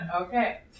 Okay